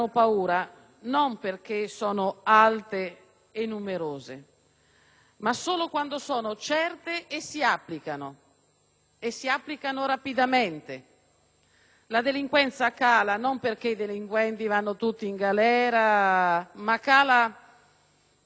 ma solo quando sono certe, si applicano e anche rapidamente. La delinquenza non cala perché i delinquenti vanno tutti in galera, ma cala quando vengono eliminate le condizioni che spingono al reato,